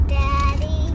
daddy